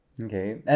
Okay